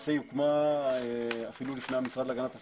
למעשה היא הוקמה אפילו לפני המשרד להגנת הסביבה.